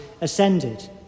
ascended